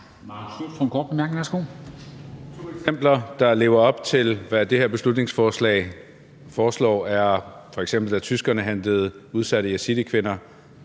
... eksempler, der lever op til, hvad det her beslutningsforslag foreslår, er f.eks., at da tyskerne hentede udsatte yazidikvinder,